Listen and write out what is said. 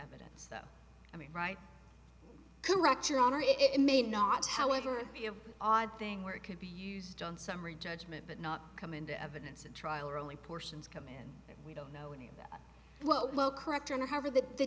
evidence i mean right correct your honor it may not however be an odd thing where it could be used on summary judgment but not come into evidence at trial or only portions come in we don't know any of that well correct or not however that the